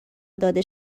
داده